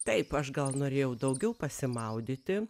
taip aš gal norėjau daugiau pasimaudyti